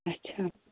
اَچھا